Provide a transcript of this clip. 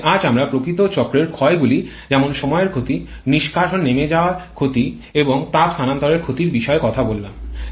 তারপরে আজ আমরা প্রকৃত চক্রের ক্ষয়গুলি যেমন সময়ের ক্ষতি নিষ্কাশন নেমে যাওয়া ক্ষয় এবং তাপ স্থানান্তরের ক্ষতির বিষয়ে কথা বললাম